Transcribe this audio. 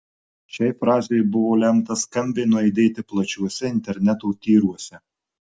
šiai frazei buvo lemta skambiai nuaidėti plačiuose interneto tyruose